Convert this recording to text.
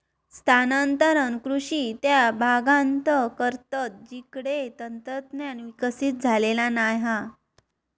स्थानांतरण कृषि त्या भागांत करतत जिकडे तंत्रज्ञान विकसित झालेला नाय हा